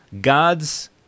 God's